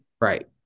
Right